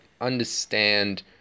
understand